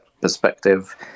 perspective